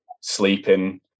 sleeping